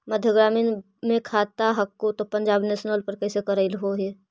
मध्य ग्रामीण मे खाता हको तौ पंजाब नेशनल पर कैसे करैलहो हे?